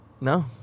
No